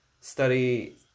study